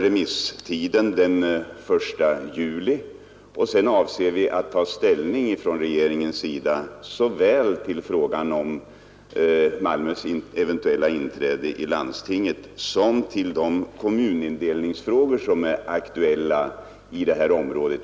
Remisstiden utgår den 1 juli, och sedan avser vi att ta ställning från regeringens sida vid ett och samma tillfälle såväl till frågan om Malmös eventuella inträde i landstinget som till de kommunindelningsfrågor som är aktuella i det här området.